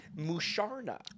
Musharna